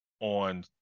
on